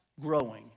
growing